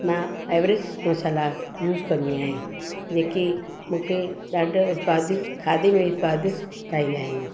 मां Everest masala use कंदी आहियां जेकी मूंखे ॾाढो स्वादिष्ट खाधे में स्वादिष्ट ठाहींदा आहिनि